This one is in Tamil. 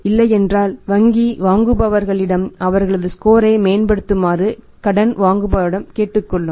இல்லை என்றால் வங்கி வாங்குபவர்கள் இடம் அவர்களது ஸ்கோரை மேம்படுத்துமாறு கடன் வாங்குபவரிடம் கேட்டுக்கொள்ளும்